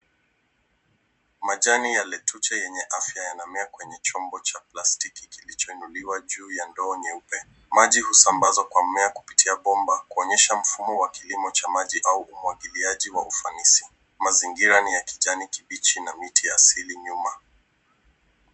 Majani ya letusi yenye afya yanamea kwenye chombo cha plastiki kilichoinuliwa juu ya ndoo nyeupe. Maji husambazwa kwa mmea kupitia bomba kuonyesha mfumo wa kilimo cha maji au umwagiliaji wa ufanisi. Mazingira ni ya kijani kibichi na mti ya asili nyuma.